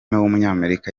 w’umunyamerika